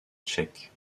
tchèque